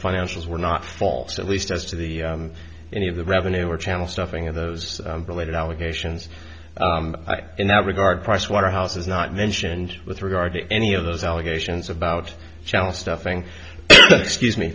financials were not false at least as to the any of the revenue or channel stuffing in those related allegations in that regard pricewaterhouse is not mentioned with regard to any of those allegations about challenge stuffing excuse me